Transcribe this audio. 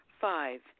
Five